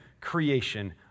creation